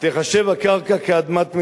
תיחשב הקרקע כאדמת מדינה.